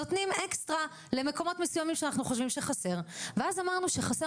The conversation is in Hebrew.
נותני אקסטרה למקומות אחרים שאנחנו חושבים שבהם חסר ואז אמרנו שחסר